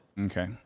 Okay